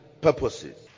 purposes